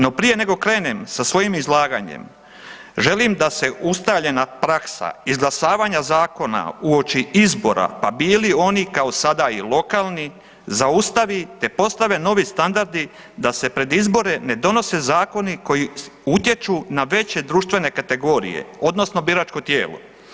No prije nego krenem sa svojim izlaganjem, želim da se ustaljena praksa izglasavanja zakona uoči izbora, pa bili oni kao sada i lokalni, zaustavi te postave novi standardi da se pred izbore ne donose zakoni koji utječu na veće društvene kategorije odnosno biračko tijelo.